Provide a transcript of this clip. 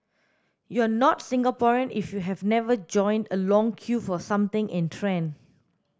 you are not Singaporean if you have never joined a long queue for something in trend